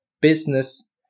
business